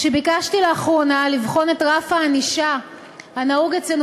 כשביקשתי לאחרונה לבחון את רף הענישה הנהוג אצלנו